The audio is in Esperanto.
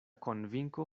konvinko